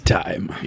time